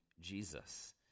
Jesus